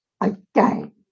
again